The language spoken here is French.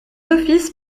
offices